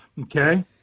Okay